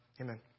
Amen